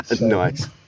Nice